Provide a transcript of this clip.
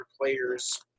players